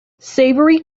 savory